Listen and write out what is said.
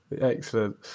Excellent